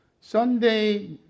Sunday